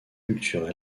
culturels